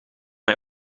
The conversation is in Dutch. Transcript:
hij